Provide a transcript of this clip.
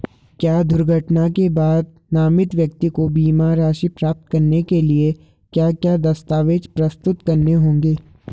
क्या दुर्घटना के बाद नामित व्यक्ति को बीमा राशि प्राप्त करने के लिए क्या क्या दस्तावेज़ प्रस्तुत करने होंगे?